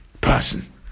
person